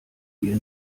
dir